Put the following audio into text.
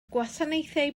gwasanaethau